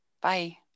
bye